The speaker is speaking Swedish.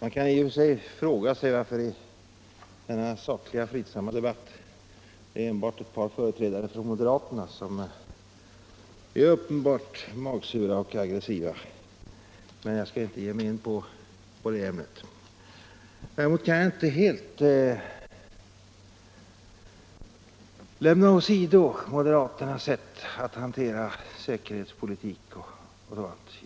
Herr talman! Man kan fråga sig varför det i denna sakliga och fridsamma debatt bara är ett par företrädare för moderata samlingspartiet som är uppenbart magsura och aggressiva. Jag skall dock inte ge mig in på det ämnet närmare. Däremot kan jag inte helt lämna åsido moderaternas sätt att hantera säkerhetspolitiken